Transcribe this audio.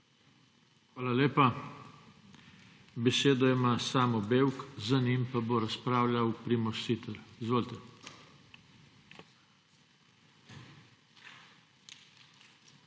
Hvala lepa. Besedo ima Samo Bevk, za njim bo razpravljal Primož Siter. Izvolite.